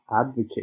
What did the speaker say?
advocate